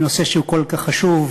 בנושא שהוא כל כך חשוב,